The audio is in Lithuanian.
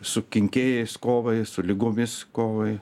su kenkėjais kovai su ligomis kovai